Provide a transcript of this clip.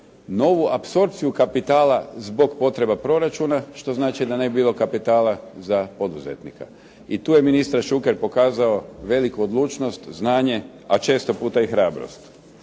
novu apsorbciju kapitala zbog potreba proračuna što znači da ne bi bilo kapitala za poduzetnika. I tu je ministar Šuker pokazao veliku odlučnost, znanje, a često puta i hrabrost.